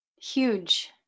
Huge